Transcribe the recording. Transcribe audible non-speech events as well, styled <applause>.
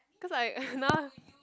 cause I <laughs> now